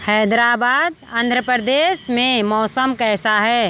हैदराबाद आंध्र प्रदेश में मौसम कैसा है